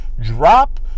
Drop